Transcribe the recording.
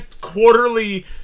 quarterly